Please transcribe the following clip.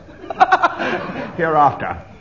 Hereafter